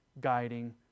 guiding